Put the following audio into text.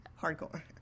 Hardcore